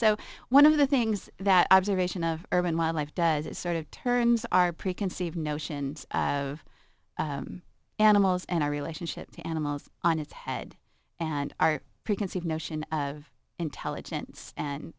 so one of the things that observation of urban wildlife does is sort of turns our preconceived notion of animals and our relationship to animals on its head and our preconceived notion of intelligence and